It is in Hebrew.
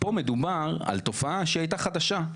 פה מדובר על תופעה שהיא הייתה חדשה,